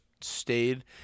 stayed